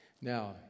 Now